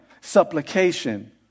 supplication